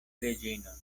reĝinon